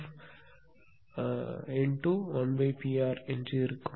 1P r இருக்கும்